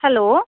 hello